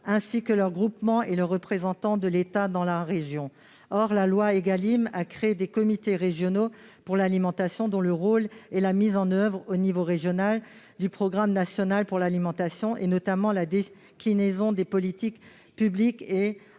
ainsi que leurs regroupements et le représentant de l'État dans la région. Or la loi Égalim a créé des comités régionaux pour l'alimentation (Cralim), dont le rôle est la mise en oeuvre, au niveau régional, du Programme national pour l'alimentation et notamment la déclinaison des politiques publiques en restauration